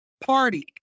party